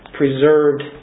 preserved